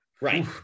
right